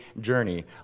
journey